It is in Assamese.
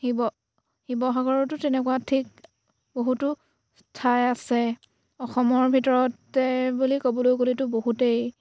শিৱ শিৱসাগৰতো তেনেকুৱা ঠিক বহুতো ঠাই আছে অসমৰ ভিতৰতে বুলি ক'বলৈ গ'লেতো বহুতেই